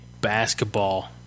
basketball